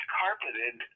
carpeted